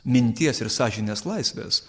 minties ir sąžinės laisvės